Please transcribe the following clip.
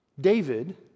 David